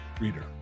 Reader